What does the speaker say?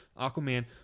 Aquaman